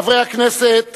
חברי הכנסת